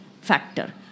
factor